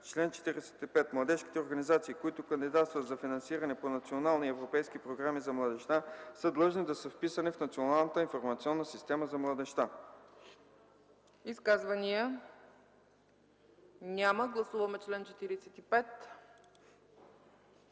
„Чл. 45. Младежките организации, които кандидатстват за финансиране по национални и европейски програми за младежта, са длъжни да са вписани в Националната информационна система за младежта.” ПРЕДСЕДАТЕЛ ЦЕЦКА ЦАЧЕВА: Изказвания? Няма. Гласуваме чл. 45.